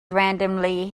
randomly